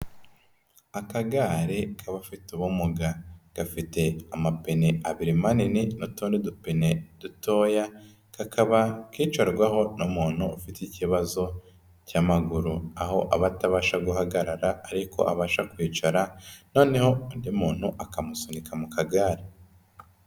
Akagare k'abafite ubumuga, gafite amapine abiri manini n'utundi dupine dutoya, kakaba kicarwaho n'umuntu ufite ikibazo cy'amaguru, aho aba atabasha guhagarara ariko abasha kwicara, noneho undi muntu akamusunika mu kagare.